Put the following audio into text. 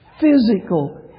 Physical